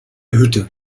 hütte